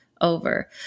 over